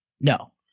No